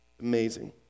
Amazing